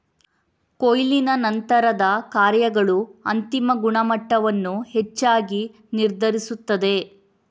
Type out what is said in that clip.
ಕೊಯ್ಲಿನ ನಂತರದ ಕಾರ್ಯಗಳು ಅಂತಿಮ ಗುಣಮಟ್ಟವನ್ನು ಹೆಚ್ಚಾಗಿ ನಿರ್ಧರಿಸುತ್ತದೆ